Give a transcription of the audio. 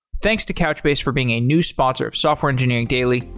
thanks to couchbase for being a new sponsor of software engineering daily.